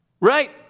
right